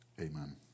Amen